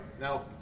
now